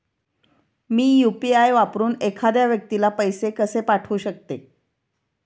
मी UPI वापरून एखाद्या व्यक्तीला पैसे कसे पाठवू शकते?